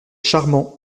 charmant